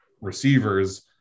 receivers